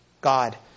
God